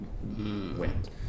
wind